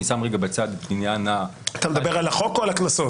אני שם רגע בצד את עניין --- אתה מדבר על החוק או על הקנסות?